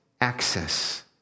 access